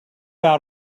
out